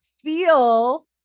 feel